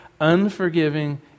unforgiving